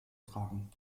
tragen